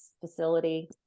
facility